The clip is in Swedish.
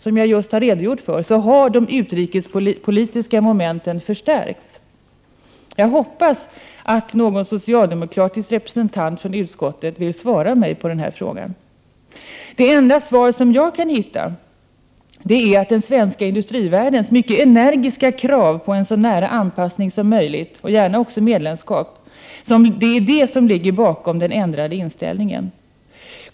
Som jag tidigare redogjorde för har de utrikespolitiska momen ten tvärtom förstärkts. Jag hoppas att någon socialdemokratisk representant — Prot. 1988/89:129 från utskottet vill svara mig på denna min fråga. 6 juni 1989 Det enda svar som jag kan hitta är att det är den svenska industrivärldens mycket energiska krav på en så nära anpassning som möjligt, gärna också medlemskap, som ligger bakom den ändrade inställningen.